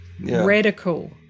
Radical